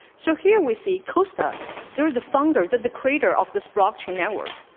so here we see costa there the fungus that the creator off this proxy network.